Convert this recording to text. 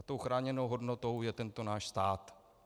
Tou chráněnou hodnotou je tento náš stát.